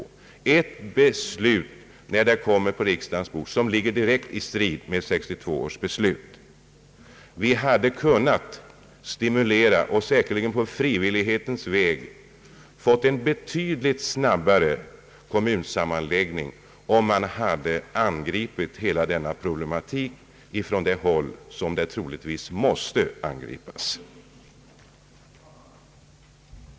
Detta beslut, som nu skall föreläggas riksdagen, står i direkt strid med 1962 års riksdagsbeslut. Vi hade kunnat stimulera och säkerligen på frivillighetens väg kunnat få en betydligt snabbare kommunsammanläggning om vi hade angripit hela problemet från det håll som det måste angripas från.